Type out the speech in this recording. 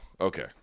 Okay